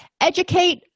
Educate